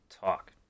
Talk